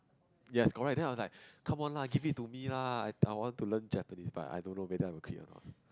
yes correct then I was like come on lah give it to me lah I I want to learn Japanese but I don't know whether I'm okay or not